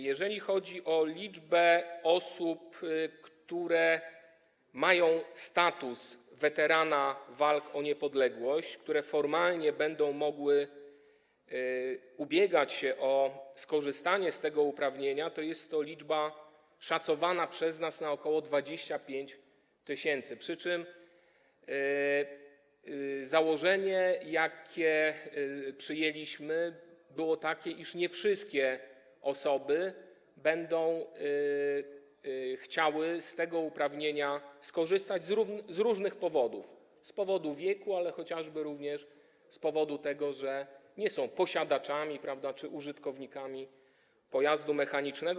Jeżeli chodzi o liczbę osób, które mają status weterana walk o niepodległość, które formalnie będą mogły ubiegać się o skorzystanie z tego uprawnienia, to jest to liczba szacowana przez nas na ok. 25 tys., przy czym założenie, jakie przyjęliśmy, było takie, iż nie wszystkie osoby będą chciały z tego uprawnienia skorzystać z różnych powodów, np. z powodu wieku, ale również z powodu tego, że nie są posiadaczami czy użytkownikami pojazdu mechanicznego.